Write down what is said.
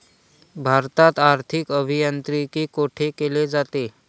भारतात आर्थिक अभियांत्रिकी कोठे केले जाते?